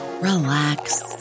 relax